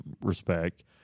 respect